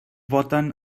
voten